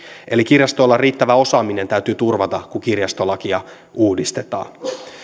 eli kirjastoilla riittävä osaaminen täytyy turvata kun kirjastolakia uudistetaan